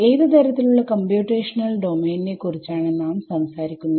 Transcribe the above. ഏത് തരത്തിലുള്ള computational domain നെ കുറിച്ചാണ് നാം സംസാരിക്കുന്നത്